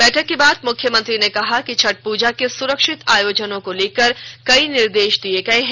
बैठक के बाद मुख्यमंत्री ने कहा कि छठ पूजा के सुरक्षित आयोजन को लेकर कई निर्देश दिये गये हैं